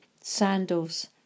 sandals